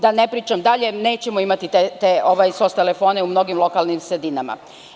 Da ne pričam dalje, nećemo imati te SOS telefone u mnogim lokalnim sredinama.